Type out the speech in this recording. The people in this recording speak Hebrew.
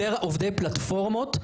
יותר עובדי פלטפורמות,